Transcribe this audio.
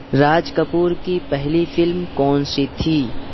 راج کپور کی پہلی فلم کون سی تھی